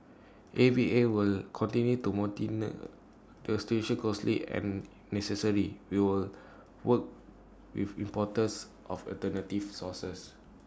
A V A will continue to monitor the situation closely and necessary we will work with importers of alternative sources